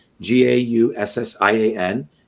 G-A-U-S-S-I-A-N